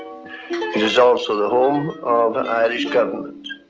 is also the home of irish government.